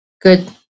good